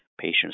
patients